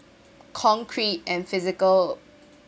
concrete and physical